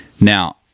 Now